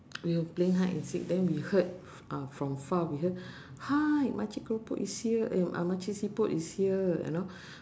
we were playing hide and seek then we heard uh from far we heard hi makcik keropok is here eh uh makcik siput is here you know